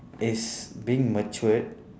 is being matured